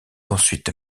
ensuite